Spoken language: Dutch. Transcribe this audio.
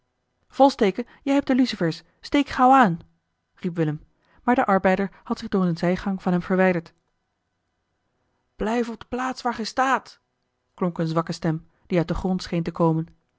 volsteke jij hebt de lucifers steek gauw aan riep willem maar de arbeider had zich door eene zijgang van hem verwijderd blijf op de plaats waar ge staat klonk eene zwakke stem die uit den grond scheen te komen